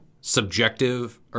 subjective